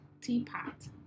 Teapot